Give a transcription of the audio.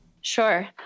Sure